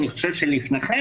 אני חושב שלפניכם,